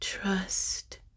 Trust